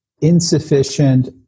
insufficient